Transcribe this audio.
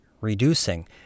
reducing